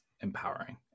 empowering